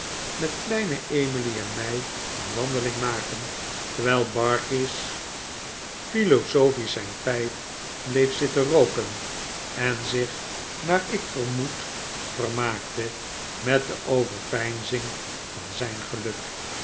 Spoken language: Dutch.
met kleine emily en mij een wandeling maken terwijl barkis philosophisch zijn pijp bleef zitten rooken en zich naar ik vermoed vermaakte met de overpeinzing van zijn geluk